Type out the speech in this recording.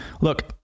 Look